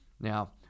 Now